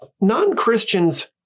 Non-Christians